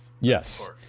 Yes